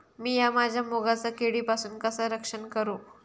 मीया माझ्या मुगाचा किडीपासून कसा रक्षण करू?